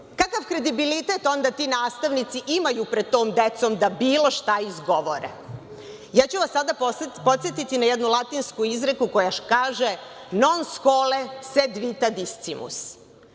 Kakav kredibilitet ti nastavnici imaju pred tom decom da bilo šta izgovore. Sada ću vas podsetiti na jednu latinsku izreku koja kaže „non scholae, sed vitae discimus“,